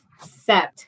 sept